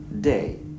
day